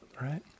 right